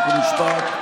חוק ומשפט.